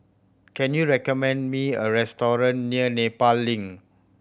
can you recommend me a restaurant near Nepal Link